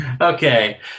Okay